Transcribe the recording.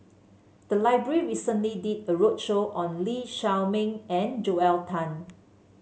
the library recently did a roadshow on Lee Shao Meng and Joel Tan